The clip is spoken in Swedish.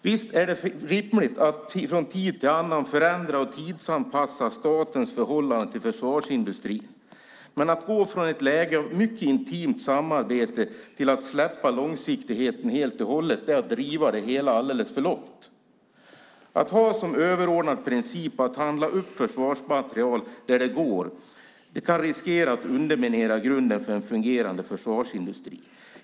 Visst är det rimligt att från tid till annan förändra och tidsanpassa statens förhållande till försvarsindustrin, men att gå från ett läge av mycket intimt samarbete till att helt och hållet släppa långsiktigheten är att driva det hela alldeles för långt. Att ha som överordnad princip att handla upp försvarsmateriel där det går kan riskera att underminera grunden för en fungerande försvarsindustri.